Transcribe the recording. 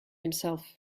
himself